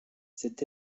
cet